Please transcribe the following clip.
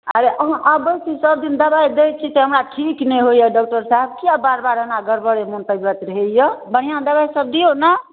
अरे अहाँ अबै छी सभ दिन दवाइ दै छी से हमरा ठीक नहि होइए डॉक्टर साहब किया बार बार एना गड़बड़े मोन तबियत रहैए बढ़िआँ दवाइसभ दियौ ने